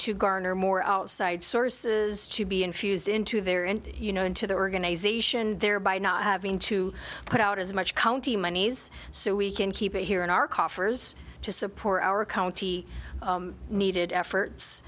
to garner more outside sources to be infused into their and you know into the organization there by not having to put out as much county monies so we can keep it here in our coffers to support our county needed efforts